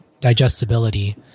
digestibility